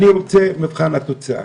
אני רוצה את מבחן התוצאה.